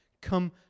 Come